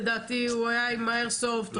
לדעתי הוא היה עם האיירסופט --- לא,